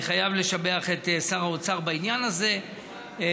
אני חייב לשבח את שר האוצר בעניין הזה ובכלל,